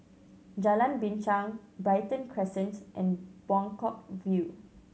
Jalan Binchang Brighton Crescent and Buangkok View